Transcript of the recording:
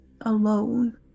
alone